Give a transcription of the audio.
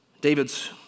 David's